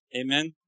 Amen